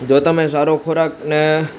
જો તમે સારો ખોરાકને